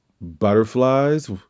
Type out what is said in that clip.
butterflies